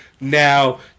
now